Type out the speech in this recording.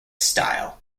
style